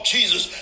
Jesus